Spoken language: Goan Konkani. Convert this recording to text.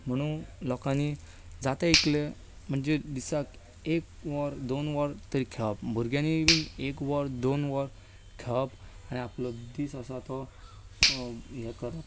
म्हणून लोकांनी जाता तितलें म्हणजे दिसाक एक वर दोन वर तरी खेळप भुरग्यांनीय बीन एक वर दोन वर खेळप आनी आपलो दीस आसा तो हें करप